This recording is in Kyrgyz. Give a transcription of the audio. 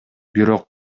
бирок